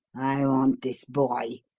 i want this boy,